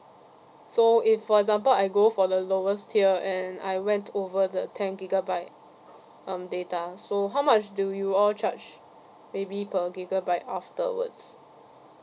so if for example I go for the lowest tier and I went over the ten gigabyte um data so how much do you all charge maybe per gigabyte afterwards